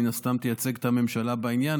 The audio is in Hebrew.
מן הסתם תייצג את הממשלה בעניין,